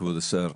כבוד השר,